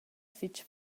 fich